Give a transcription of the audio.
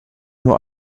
nur